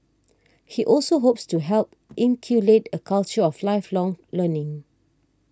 he also hopes to help inculcate a culture of lifelong learning